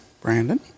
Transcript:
Brandon